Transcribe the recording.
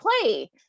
play